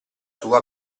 sua